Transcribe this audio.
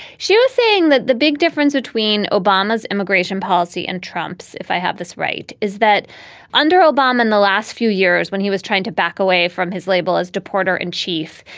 she was saying that the big difference between obama's immigration policy and trump's, if i have this right, is that under obama in the last few years when he was trying to back away from his label as deporter in chief,